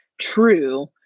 true